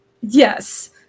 Yes